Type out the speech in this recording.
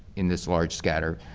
in this large scatter,